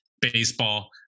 baseball